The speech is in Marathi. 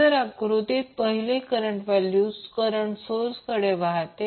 जर तुम्ही आकृतीत पहिले करंटची व्हॅल्यू जी करंट सोर्सकडे वाहते